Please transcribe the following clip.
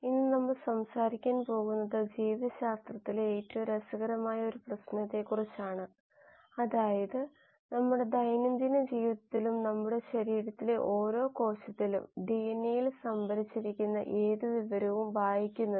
ഈ സംഗ്രഹ പ്രഭാഷണം ഈ കോഴ്സിൽ നമ്മൾ നോക്കിയ കാര്യങ്ങളുടെ ഒരു അവലോകനം നൽകും മാത്രമല്ല ഇത് ഇവിടെയുള്ള കാര്യങ്ങളുടെ ധാരണയും വിലമതിപ്പും മെച്ചപ്പെടുത്തുമെന്ന് പ്രതീക്ഷിക്കുന്നു